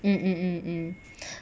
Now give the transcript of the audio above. mm mm